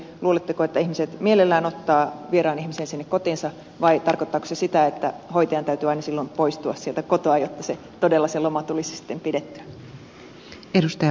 luuletteko että ihmiset mielellään ottavat vieraan ihmisen sinne kotiinsa vai tarkoittaako tämä sitä että hoitajan täytyy aina silloin poistua sieltä kotoa jotta se loma todella tulisi sitten pidettyä